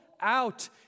out